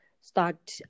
start